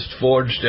forged